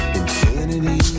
infinity